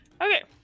okay